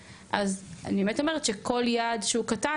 אני באמת אומרת שכל יעד שהוא קטן,